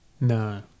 No